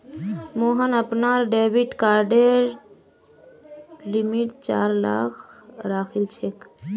मोहन अपनार डेबिट कार्डेर लिमिट चार लाख राखिलछेक